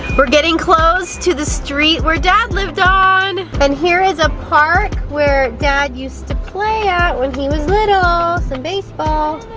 we're getting close to the street where dad lived on, and here is a park where dad used to play at when he was little some baseball.